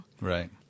right